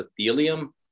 epithelium